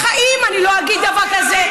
בחיים אני לא אגיד דבר כזה.